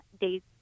days